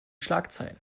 schlagzeilen